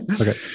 Okay